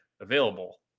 available